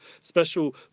special